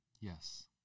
Yes